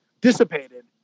dissipated